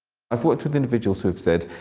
i've talked with individuals who have said,